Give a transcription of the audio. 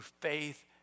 faith